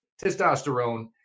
testosterone